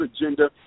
agenda